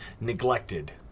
neglected